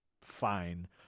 fine